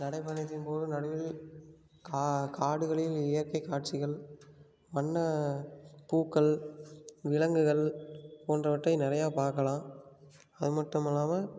நடைப்பயணத்தின்போது நடுவில் கா காடுகளில் இயற்கைக் காட்சிகள் வண்ணப் பூக்கள் விலங்குகள் போன்றவற்றை நிறையா பார்க்கலாம் அது மட்டுமல்லாமல்